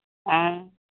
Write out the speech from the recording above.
ᱦᱮᱸ